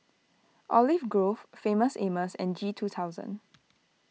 Olive Grove Famous Amos and G two thousand